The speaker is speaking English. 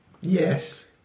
Yes